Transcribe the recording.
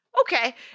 Okay